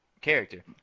character